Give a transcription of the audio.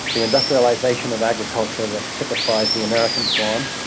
the industrialisation of agriculture that typifies the american farm.